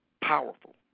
powerful